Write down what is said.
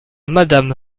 madame